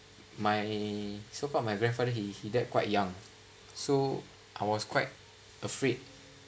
my so far my grandfather he he died quite young so I was quite afraid